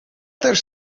też